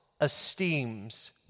esteems